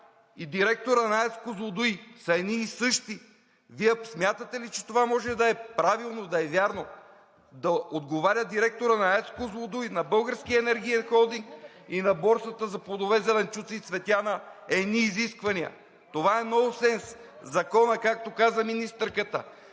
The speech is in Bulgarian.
и директора на АЕЦ „Козлодуй“ са едни и същи. Вие смятате ли, че това може да е правилно, да е вярно – да отговаря директорът на АЕЦ „Козлодуй“, на Българския енергиен холдинг и на Борсата за плодове, зеленчуци и цветя на едни изисквания? Това е нонсенс. Законът, както каза министърката,